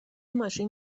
ماشین